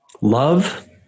Love